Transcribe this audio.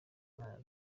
nka